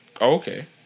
Okay